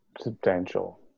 substantial